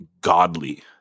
godly